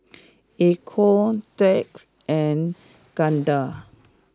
Echo Dirk and Gardner